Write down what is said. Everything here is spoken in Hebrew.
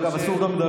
מיקי